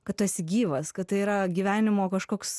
kad tu esi gyvas kad tai yra gyvenimo kažkoks